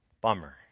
Bummer